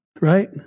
Right